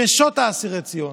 נשות אסירי ציון.